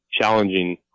challenging